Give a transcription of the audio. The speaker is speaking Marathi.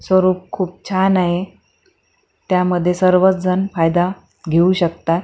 स्वरूप खूप छान आहे त्यामध्ये सर्वचजण फायदा घेऊ शकतात